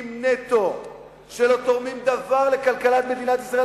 נטו שלא תורמים דבר לכלכלת מדינת ישראל,